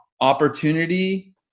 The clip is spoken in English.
opportunity